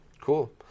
Cool